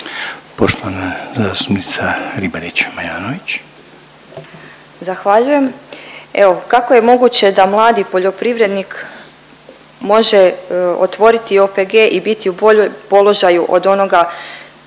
**Ribarić Majanović, Ivana (SDP)** Zahvaljujem. Evo, kako je moguće da mladi poljoprivrednik može otvoriti OPG i biti u boljem položaju od onoga